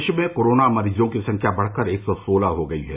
प्रदेश में कोरोना मरीजों की संख्या बढ़कर एक सौ सोलह हो गयी है